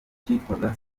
kitwaga